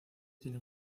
tiene